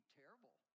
terrible